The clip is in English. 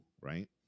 right